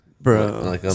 Bro